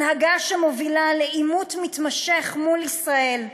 הנהגה שמובילה לעימות מתמשך עם ישראל.